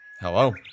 Hello